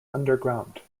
underground